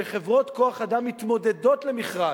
כשחברות כוח-אדם מתמודדות על מכרז,